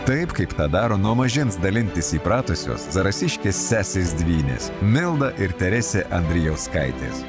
taip kaip tą daro nuo mažens dalintis įpratusios zarasiškės sesės dvynės milda ir teresė andrijauskaitės